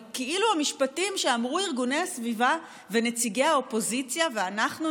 וכאילו המשפטים שאמרו ארגוני הסביבה ונציגי האופוזיציה ואנחנו,